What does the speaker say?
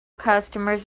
customers